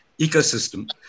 ecosystem